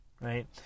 Right